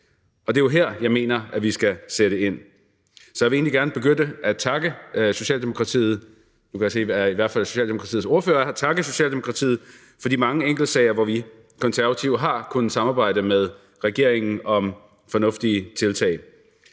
Det er jo her, jeg mener at vi skal sætte ind. Så jeg vil egentlig gerne benytte lejligheden til at takke Socialdemokratiet – nu kan jeg se, at i hvert fald Socialdemokratiets ordfører er her – for de mange enkeltsager, hvor vi Konservative har kunnet samarbejde med regeringen om fornuftige tiltag.